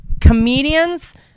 comedians